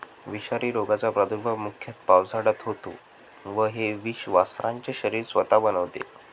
विषारी रोगाचा प्रादुर्भाव मुख्यतः पावसाळ्यात होतो व हे विष वासरांचे शरीर स्वतः बनवते